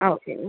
ஆ ஓகேங்க